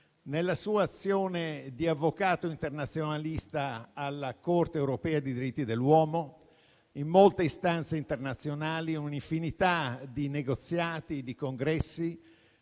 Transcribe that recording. Nella sua azione di avvocato internazionalista alla Corte europea dei diritti dell'uomo, in molte istanze internazionali, in un'infinità di negoziati e di congressi,